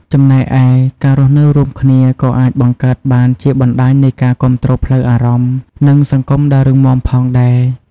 ចំណែកឯ ការរស់នៅរួមគ្នា ក៏អាចបង្កើតបានជាបណ្តាញនៃការគាំទ្រផ្លូវអារម្មណ៍ និងសង្គមដ៏រឹងមាំផងដែរ។